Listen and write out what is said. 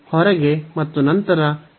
ಇಲ್ಲಿ ಇದು 3 y ಆಗಿದೆ